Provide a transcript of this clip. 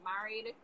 married